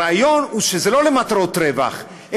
הרעיון הוא שזה לא למטרות רווח,